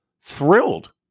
thrilled